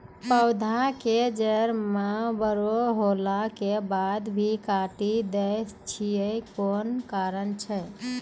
पौधा के जड़ म बड़ो होला के बाद भी काटी दै छै कोन कारण छै?